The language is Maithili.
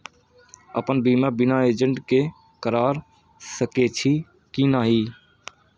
अपन बीमा बिना एजेंट के करार सकेछी कि नहिं?